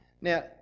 Now